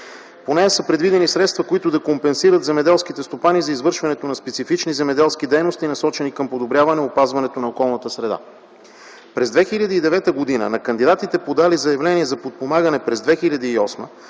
По нея са предвидени средства, които да компенсират земеделските стопани за извършването на специфични земеделски дейности, насочени към подобряване и опазване на околната среда. През 2009 г. на кандидатите, подали заявление за подпомагане през 2008 г.,